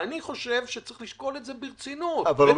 ואני חושב שצריך לשקול את זה ברצינות תהומית.